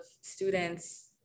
students